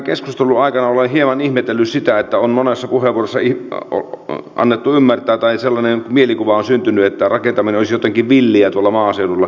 tämän keskustelun aikana olen hieman ihmetellyt sitä että monessa puheenvuorossa on annettu ymmärtää tai sellainen mielikuva on syntynyt että rakentaminen olisi jotenkin villiä tuolla maaseudulla